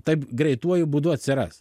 taip greituoju būdu atsiras